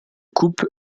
coupe